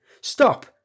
Stop